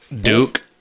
Duke